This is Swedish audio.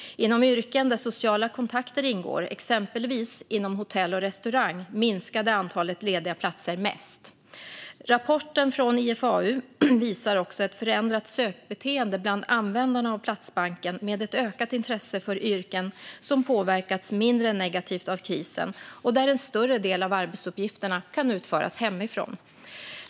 Inom yrken där sociala kontakter ingår, exempelvis inom hotell och restaurang, minskade antalet lediga platser mest. Rapporten från IFAU visar också ett förändrat sökbeteende bland användarna av Platsbanken med ett ökat intresse för yrken som påverkats mindre negativt av krisen och där en större del av arbetsuppgifterna kan utföras hemifrån.